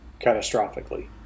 catastrophically